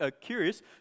curious